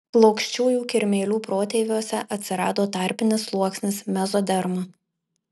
plokščiųjų kirmėlių protėviuose atsirado tarpinis sluoksnis mezoderma